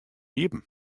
iepen